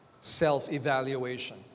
self-evaluation